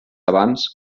abans